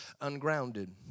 ungrounded